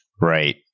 Right